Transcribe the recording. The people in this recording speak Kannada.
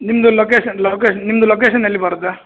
ನಿಮ್ದು ಲೊಕೇಶನ್ ಲೋಕೇಶನ್ ನಿಮ್ದು ಲೊಕೇಶನ್ ಎಲ್ಲಿ ಬರುತ್ತೆ